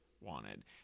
wanted